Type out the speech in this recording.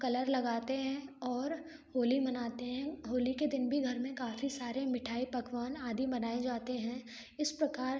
colour लगाते हैं और होली मानते हैं होली के दिन भी घर में काफ़ी सारे मिठाई पकवान आदि बनाए जाते हैं इस प्रकार